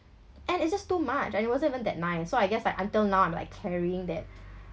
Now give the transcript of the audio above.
and it's just too much and it wasn't even that nice so I guess like until now I'm like carrying that